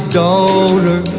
daughter